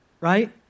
right